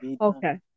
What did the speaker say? Okay